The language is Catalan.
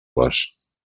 les